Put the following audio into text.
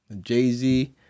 Jay-Z